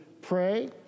pray